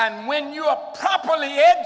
and when you up properly